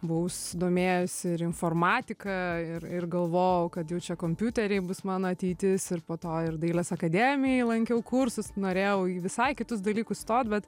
buvau susidomėjus ir informatika ir ir galvojau kad jau čia kompiuteriai bus mano ateitis ir po to ir dailės akademijoj lankiau kursus norėjau į visai kitus dalykus stot bet